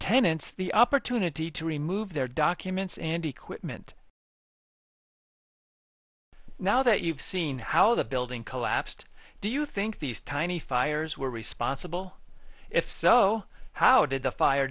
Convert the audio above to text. tenants the opportunity to remove their documents and equipment now that you've seen how the building collapsed do you think these tiny fires were responsible if so how did the fire